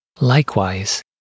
Likewise